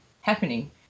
happening